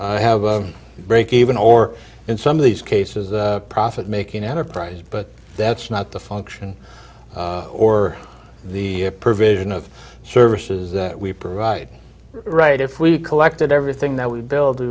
have a break even or in some of these cases a profit making enterprise but that's not the function or the provision of services that we provide right if we collected everything that we build